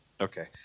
Okay